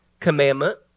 commandment